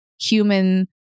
human